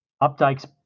Updike's